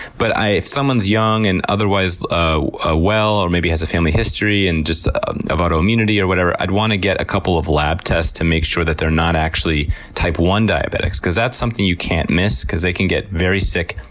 but if someone's young and otherwise ah ah well, or maybe has a family history and of autoimmunity or whatever, i'd want to get a couple of lab tests to make sure that they're not actually type one diabetics because that's something you can't miss, because they can get very sick,